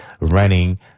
running